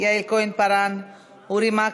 יעל כהן-פארן,